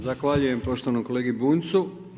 Zahvaljujem poštovanom kolegi Bunjcu.